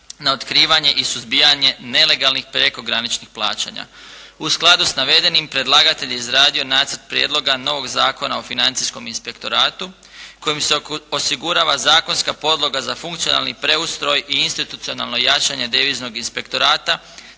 na otkrivanje i suzbijanje nelegalnih prekograničnih plaćanja. U skladu s navedenim predlagatelj je izradio Nacrt prijedloga novog zakona o financijskom inspektoratu kojim se osigurava zakonska podloga za funkcionalni preustroj i institucionalna jačanja Deviznog inspektorata